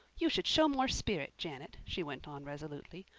you should show more spirit, janet, she went on resolutely.